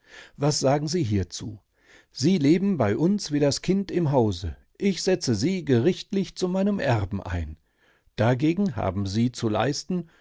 was sagen sie hiezu sie leben bei uns wie das kind im hause ich setze sie gerichtlich zu meinem erben ein dagegen haben sie zu leisten